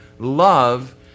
Love